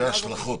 אלה כבר השלכות.